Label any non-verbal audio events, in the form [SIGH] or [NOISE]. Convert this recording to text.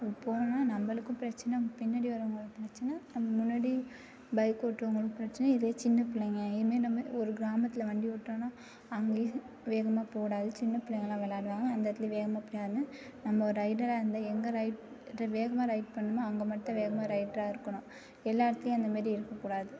போனோம்ன்னா நம்மளுக்கும் பிரச்சனை பின்னாடி வரவங்களுக்கும் பிரச்சனை நம்ம முன்னாடி பைக் ஓட்டுறவங்களுக்கும் பிரச்சனை இதே சின்ன பிள்ளைங்க இது மாரி நம்ம ஒரு கிராமத்தில் வண்டி ஓட்டுறோம்னா அங்கேயும் வேகமாக போககூடாது சின்ன பிள்ளைங்கள்லாம் விளாடுவாங்க அந்த இடத்துலயும் வேகமாக [UNINTELLIGIBLE] நம்ம ஒரு ரைடராக இருந்தால் எங்கே ரைட் வேகமாக ரைட் பண்ணணுமோ அங்கே மட்டும் வேகமாக ரைடராக இருக்கணும் எல்லா இடத்துலயும் அந்த மாதிரி இருக்கக்கூடாது